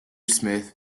smith